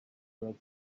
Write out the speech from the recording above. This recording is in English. girl